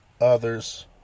Others